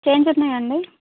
change ఉన్నదాండి